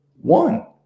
One